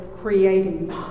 creating